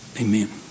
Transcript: Amen